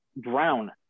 drown